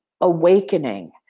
awakening